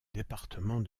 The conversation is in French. département